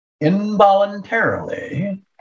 Involuntarily